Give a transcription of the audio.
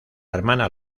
hermana